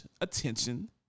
attention